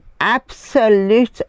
absolute